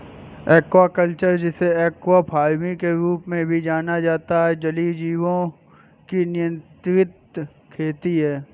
aquaculture, जिसे aqua farming के रूप में भी जाना जाता है, जलीय जीवों की नियंत्रित खेती है